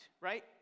right